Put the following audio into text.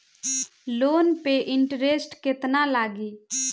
Loan पे interest केतना लागी?